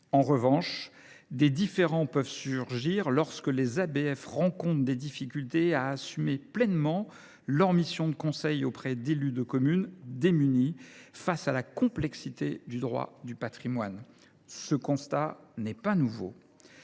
En revanche, des différends peuvent surgir lorsque les ABF peinent à assumer pleinement leur mission de conseil auprès d’élus de communes démunis face à la complexité du droit du patrimoine. Ce constat n’est pas nouveau.